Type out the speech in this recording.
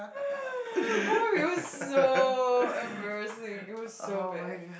[oh]-my-god it was so embarassing it was so bad